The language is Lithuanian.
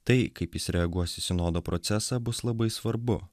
tai kaip jis reaguos į sinodo procesą bus labai svarbu